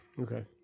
Okay